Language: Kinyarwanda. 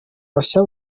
bashya